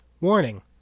Warning